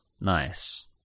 Nice